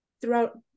throughout